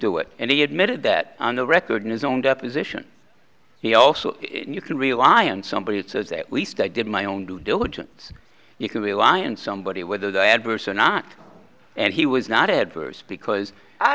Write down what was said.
do it and he admitted that on the record is owned up is ition he also you can rely and somebody says at least i did my own due diligence you can rely on somebody whether the adverse or not and he was not adverse because i